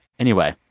anyway,